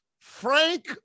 frank